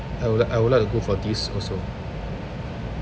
I would like I would like to go for this also